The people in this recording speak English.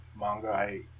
manga